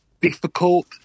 difficult